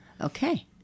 Okay